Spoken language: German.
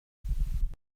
essen